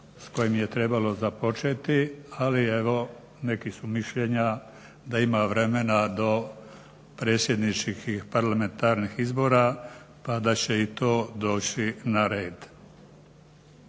s kojim je trebalo započeti, ali evo neki su mišljenja da ima vremena do predsjedničkih i parlamentarnih izbora pa da će i to doći na red.